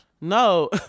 No